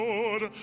Lord